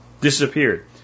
disappeared